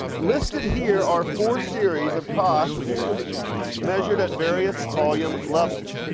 listed here are four series of costs measured at various volume levels,